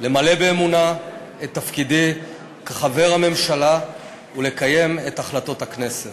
למלא באמונה את תפקידי כחבר הממשלה ולקיים את החלטות הכנסת.